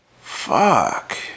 Fuck